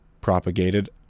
propagated